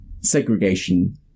Segregation